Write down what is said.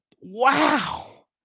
Wow